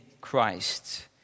Christ